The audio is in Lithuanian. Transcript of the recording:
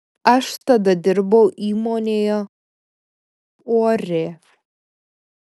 aš tada dirbau įmonėje uorė